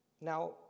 Now